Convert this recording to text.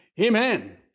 Amen